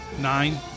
Nine